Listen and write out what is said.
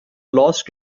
lost